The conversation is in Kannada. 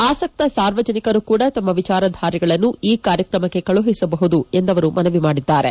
ಆಸಕ್ತ ಸಾರ್ವಜನಿಕರೂ ಕೂಡ ತಮ್ಮ ವಿಚಾರಧಾರೆಗಳನ್ನು ಈ ಕಾರ್ಯಕ್ರಮಕ್ಕೆ ಕಳುಹಿಸಬಹುದು ಎಂದು ಅವರು ಮನವಿ ಮಾಡಿದ್ದಾರೆ